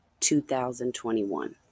2021